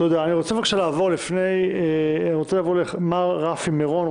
אני רוצה לעבור למר רפי מרון,